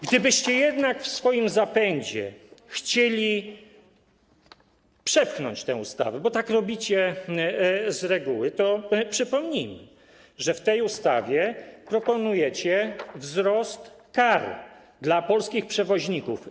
Gdybyście jednak w swoim zapędzie chcieli przepchnąć tę ustawę - bo tak robicie z reguły - to przypomnijmy, że w tej ustawie proponujecie wzrost kar dla polskich przewoźników.